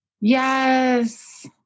yes